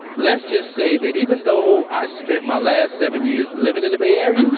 let's just say that even though i spent my last seven years living in the bay area,